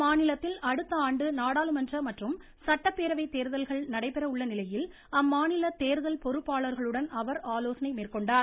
அம்மாநிலத்தில் அடுத்த ஆண்டு நாடாளுமன்ற மற்றும் சட்டப்பேரவை தேர்தல்கள் நடைபெற உள்ள நிலையில் அம்மாநில தேர்தல் பொறுப்பாளர்களுடன் அவர் ஆலோசனை மேற்கொள்கிறார்